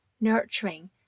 nurturing